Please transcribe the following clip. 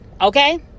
Okay